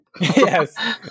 yes